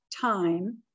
time